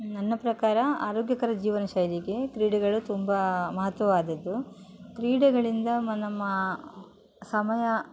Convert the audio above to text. ನನ್ನ ಪ್ರಕಾರ ಆರೋಗ್ಯಕರ ಜೀವನ ಶೈಲಿಗೆ ಕ್ರೀಡೆಗಳು ತುಂಬ ಮಹತ್ವವಾದದ್ದು ಕ್ರೀಡೆಗಳಿಂದ ಮ ನಮ್ಮ ಸಮಯ